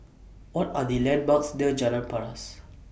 What Are The landmarks near Jalan Paras